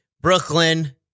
Brooklyn